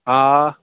آ